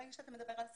ברגע שאתה מדבר על שכר,